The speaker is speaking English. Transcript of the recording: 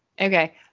Okay